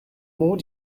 more